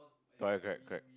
correct correct correct